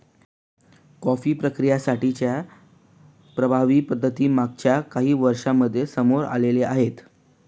coffee प्रक्रियेसाठी च्या प्रभावी पद्धती मागच्या काही वर्षांमध्ये समोर आल्या आहेत